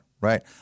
right